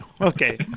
Okay